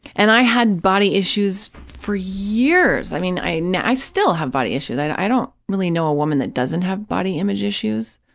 and i had body issues for years. i mean, i, i still have body issues. i i don't really know a woman that doesn't have body-image issues,